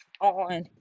on